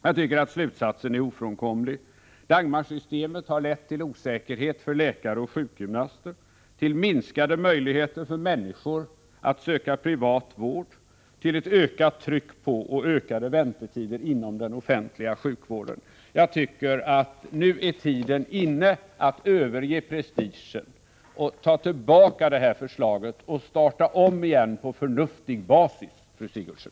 Jag tycker att slutsatsen är ofrånkomlig: Dagmarsystemet har lett till osäkerhet för läkare och sjukgymnaster, till minskade möjligheter för människor att söka privat vård, till ett ökat tryck på och ökade väntetider inom den offentliga sjukvården. Jag tycker att tiden nu är inne att överge prestigen: Ta tillbaka förslaget och starta om på förnuftig basis, fru Sigurdsen!